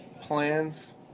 plans